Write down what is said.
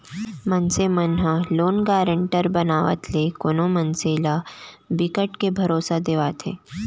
मनसे मन ह लोन गारंटर बनावत ले कोनो मनखे ल बिकट के भरोसा देवाथे